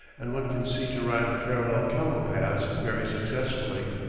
and one can see to ride the parallel camel-paths very successfully.